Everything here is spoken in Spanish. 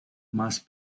más